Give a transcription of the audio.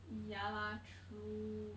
ya lah true